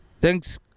Thanks